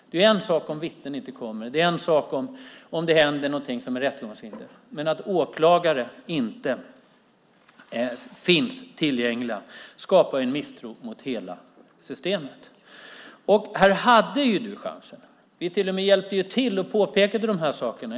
Det är en sak om vittnen inte kommer eller om det inträffar något som är rättegångshinder, men att åklagare inte finns tillgängliga skapar en misstro mot hela systemet. Vi hjälpte till och påpekade de här sakerna.